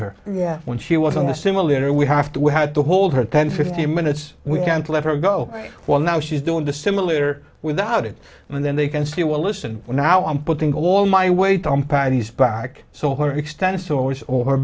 her yeah when she was on the simulator we have to we had to hold her ten fifteen minutes we can't let her go while now she's doing the simulator without it and then they can see well listen well now i'm putting all my weight on patty's back so her extensive always or her